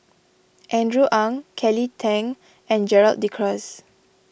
Andrew Ang Kelly Tang and Gerald De Cruz